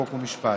חוק ומשפט.